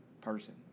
person